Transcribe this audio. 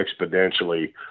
exponentially